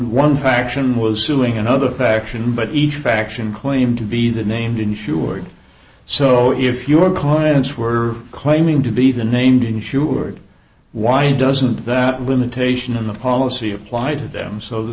dollars faction was suing another faction but each faction claimed to be the named insured so if your corner of us were claiming to be the named insured why doesn't that limitation on the policy apply to them so that